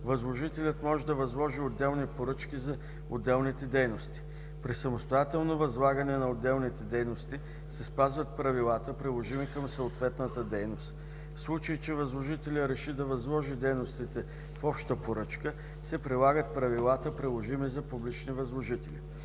възложителят може да възложи отделни поръчки за отделните дейности. При самостоятелно възлагане на отделните дейности се спазват правилата, приложими към съответната дейност. В случай че възложителят реши да възложи дейностите в обща поръчка, се прилагат правилата, приложими за публични възложители.